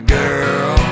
girl